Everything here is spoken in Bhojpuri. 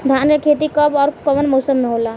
धान क खेती कब ओर कवना मौसम में होला?